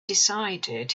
decided